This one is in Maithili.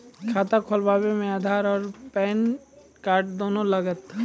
खाता खोलबे मे आधार और पेन कार्ड दोनों लागत?